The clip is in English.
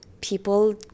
people